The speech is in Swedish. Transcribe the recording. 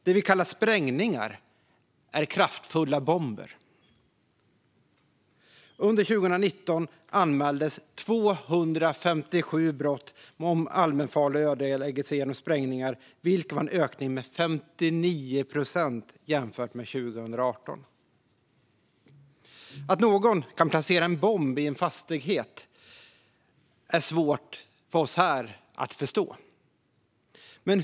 Det vi kallar sprängningar är kraftfulla bomber. Under 2019 anmäldes 257 brott om allmänfarlig ödeläggelse genom sprängningar, vilket var en ökning med 59 procent jämfört med 2018. Att någon kan placera en bomb i en fastighet är svårt för oss här att förstå.